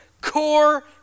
core